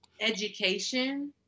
Education